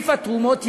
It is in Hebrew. סעיף התרומות ירד.